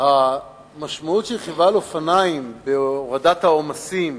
המשמעות של רכיבה על אופניים והורדת העומסים,